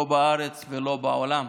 לא בארץ ולא בעולם.